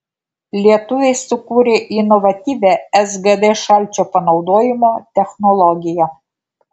lietuviai sukūrė inovatyvią sgd šalčio panaudojimo technologiją